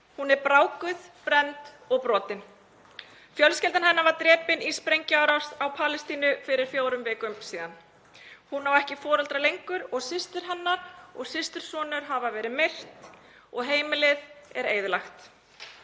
Hún er brákuð, brennd og brotin. Fjölskylda hennar var drepin í sprengjuárás á Palestínu fyrir fjórum vikum síðan. Hún á ekki foreldra lengur, systir hennar og systursonur hafa verið myrt og heimilið eyðilagt.